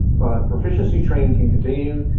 proficiency training can continue.